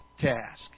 task